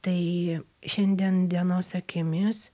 tai šiandien dienos akimis